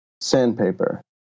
sandpaper